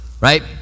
right